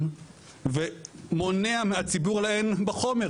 בשבועות האחרונים בצדק בהיבטים מסוימים,